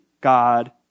God